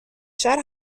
شهر